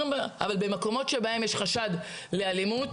במקומות בהם יש חשד לאלימות,